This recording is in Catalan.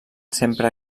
sempre